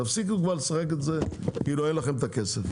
תפסיקו כבר לשחק כאילו אין לכם את הכסף.